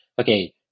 okay